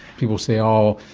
people say, oh,